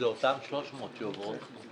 אלה אותם 300 מיליון שעוברים.